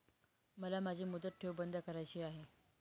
मला माझी मुदत ठेव बंद करायची आहे